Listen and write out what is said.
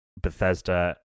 bethesda